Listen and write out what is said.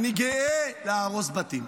אני גאה להרוס בתים.